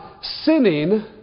sinning